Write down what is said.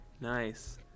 nice